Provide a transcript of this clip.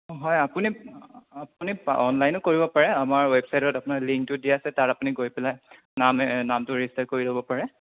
হয় আপুনি আপুনি অনলাইনো কৰিব পাৰে আমাৰ ৱেবচাইটত আপোনাৰ লিংকটো দিয়া আছে তাত আপুনি গৈ পেলাই নাম নামটো ৰেজিষ্টাৰ কৰি ল'ব পাৰে